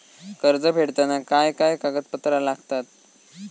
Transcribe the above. कर्ज फेडताना काय काय कागदपत्रा लागतात?